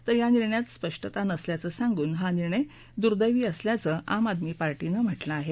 तर या निर्णयात स्पष्टता नसल्याचं सांगून हा निर्णय दुर्देवी आम आदमी पार्टीनं म्हटलं आहे